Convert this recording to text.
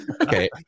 Okay